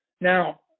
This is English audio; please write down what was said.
now